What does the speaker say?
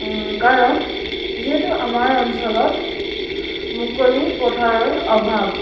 কাৰণ যিহেতু আমাৰ অঞ্চলত মুকলি পথাৰৰ অভাৱ